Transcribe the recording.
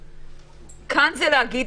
כאן זה להגיד,